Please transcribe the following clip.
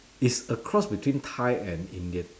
it's a cross between thai and indian